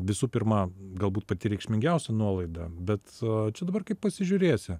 visų pirma galbūt pati reikšmingiausia nuolaida bet čia dabar kaip pasižiūrėsi